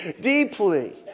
deeply